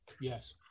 Yes